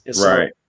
Right